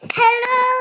hello